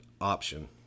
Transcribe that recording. option